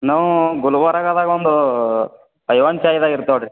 ನಾವು ಗುಲ್ಬರ್ಗದಾಗ ಒಂದು ಐವನ್ ಶಾಹಿದಾಗ ಇರ್ತೆವೆ ರಿ